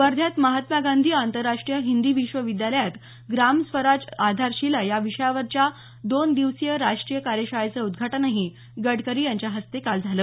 वध्यात महात्मा गांधी आंतरराष्ट्रीय हिंदी विश्वविद्यालयात ग्राम स्वराजची आधारशिला या विषयावरच्या दोन दिवसीय राष्ट्रीय कार्यशाळेचं उद्घाटनही गडकरी यांच्या हस्ते काल झालं